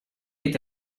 with